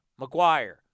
McGuire